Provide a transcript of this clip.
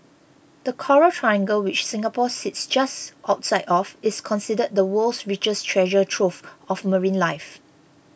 the coral triangle which Singapore sits just outside of is considered the world's richest treasure trove of marine life